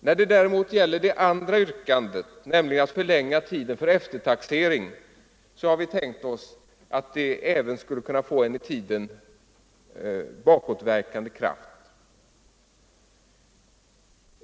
När det däremot gäller det andra yrkandet, att förlänga tiden för eftertaxering, har vi tänkt oss att det även skulle kunna få en i tiden bakåtverkande effekt.